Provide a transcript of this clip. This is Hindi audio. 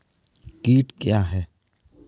कीट क्या है?